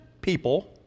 people